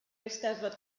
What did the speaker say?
eisteddfod